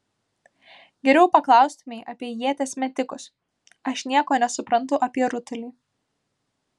geriau paklaustumei apie ieties metikus aš nieko nesuprantu apie rutulį